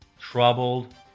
troubled